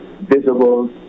visible